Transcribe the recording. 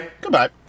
Goodbye